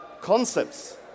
Concepts